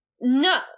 No